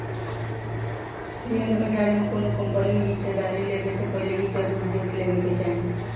share बाजार में कौनो कंपनी में हिस्सेदारी लेबे से पहिले इ जरुर देख लेबे के चाही